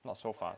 not so far